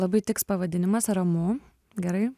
labai tiks pavadinimas ramu gerai